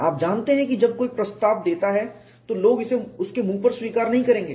आप जानते हैं कि जब कोई प्रस्ताव देता है तो लोग इसे उसके मुँह पर स्वीकार नहीं करेंगे